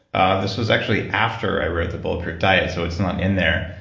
ah this was actually after i wrote the bulletproof diet, so it's not in there,